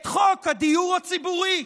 את חוק הדיור הציבורי,